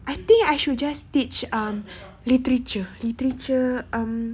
I think I should just teach um literature literature